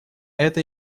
это